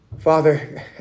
Father